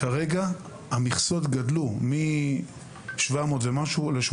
כרגע המכסות גדלו ל-835.